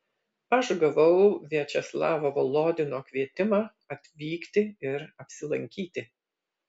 aš gavau viačeslavo volodino kvietimą atvykti ir apsilankyti